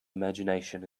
imagination